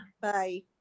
Bye